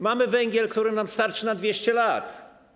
Mamy węgiel, który nam starczy na 200 lat.